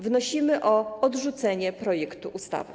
Wnosimy o odrzucenie projektu ustawy.